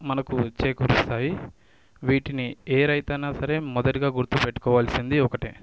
మనకు చేకూరుస్తాయి వీటిని ఏ రైతు అయినా సరే మొదటిగా గుర్తు పెట్టుకోవాల్సింది ఒకటే